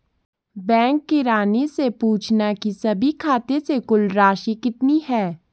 bank किरानी से पूछना की सभी खाते से कुल राशि कितनी है